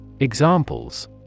Examples